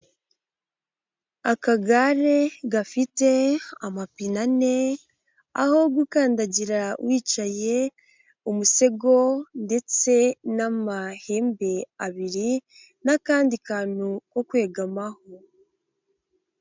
Akagare gafite amapine ane, aho gukandagira wicaye, umusego ndetse n'amahembe abiri n'akandi kantu ko kwegamaho.